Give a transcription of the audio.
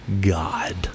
God